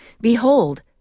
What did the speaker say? behold